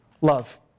love